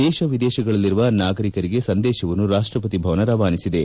ದೇಶ ವಿದೇಶಗಳಲ್ಲಿರುವ ನಾಗರಿಕರಿಗೆ ಸಂದೇಶವನ್ನು ರಾಷ್ಲಪತಿ ಭವನ ರವಾನಿಸಿದೆ